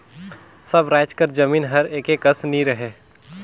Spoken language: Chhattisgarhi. सब राएज कर जमीन हर एके कस नी रहें